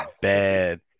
bad